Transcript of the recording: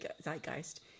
zeitgeist